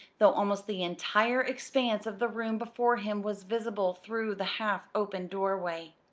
though almost the entire expanse of the room before him was visible through the half-open doorway.